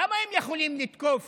למה הם יכולים לתקוף